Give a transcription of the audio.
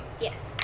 Yes